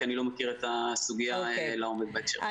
כי אני לא מכיר את הסוגיה לעומק בהקשר.